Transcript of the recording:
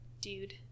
dude